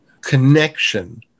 connection